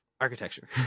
architecture